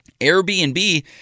Airbnb